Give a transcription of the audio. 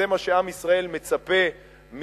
זה מה שעם ישראל מצפה מאתנו,